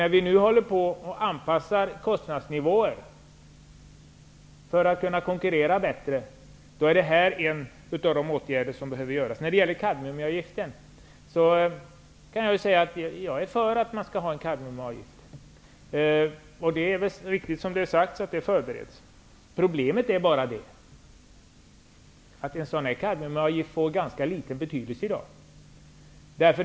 När vi nu håller på att anpassa kostnadsnivåer för att kunna konkurrera bättre är detta en av de åtgärder som behöver vidtas. Jag är för att vi skall ha en kadmiumavgift. Det är riktigt att en sådan förbereds. Problemet är bara att en kadmiumavgift får ganska liten betydelse i dag.